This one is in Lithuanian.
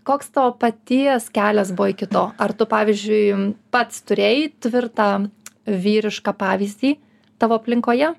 koks tavo paties kelias buvo iki to ar tu pavyzdžiui pats turėjai tvirtą vyrišką pavyzdį tavo aplinkoje